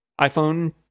iphone